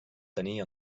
tenir